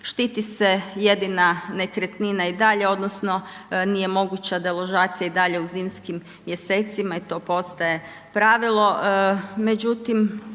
Štiti se jedina nekretnina i dalje odnosno nije moguća deložacija i dalje u zimskim mjesecima i to postaje pravilo